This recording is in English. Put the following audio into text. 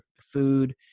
food